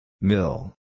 Mill